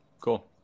cool